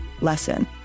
lesson